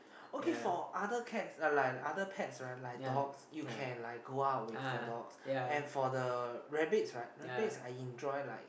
okay for other cats uh like other pets right like dogs you can like go out with the dogs and for the rabbits right rabbits I enjoy like